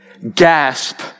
gasp